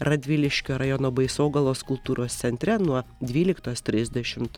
radviliškio rajono baisogalos kultūros centre nuo dvyliktos trisdešimt